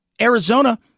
Arizona